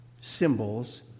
symbols